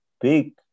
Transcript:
big